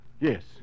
Yes